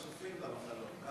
כמה חשופים למחלות?